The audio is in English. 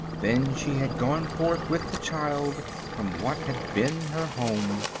then she had gone forth with the child from what had been her home.